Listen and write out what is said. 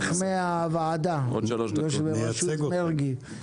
מועצת חכמי הוועדה בראשות מרגי.